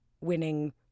winning